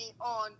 on